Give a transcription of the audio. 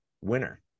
winner